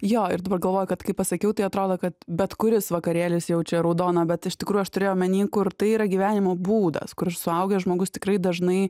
jo ir dabar galvoju kad kai pasakiau tai atrodo kad bet kuris vakarėlis jau čia raudona bet iš tikrųjų aš turėjau omeny kur tai yra gyvenimo būdas kur suaugęs žmogus tikrai dažnai